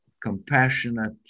compassionate